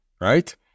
Right